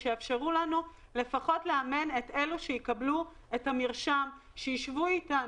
ושיאפשרו לנו לפחות לאמן את אלו שיקבלו את המרשם שיישבו איתנו.